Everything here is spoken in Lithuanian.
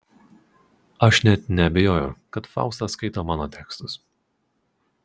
aš net neabejoju kad fausta skaito mano tekstus